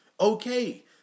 Okay